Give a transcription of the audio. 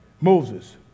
moses